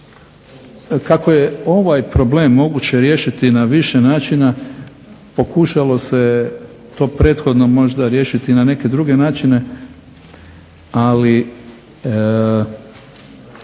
Kako je ovaj problem moguće riješiti na više načina pokušalo se to prethodno možda riješiti na neke druge načine, ali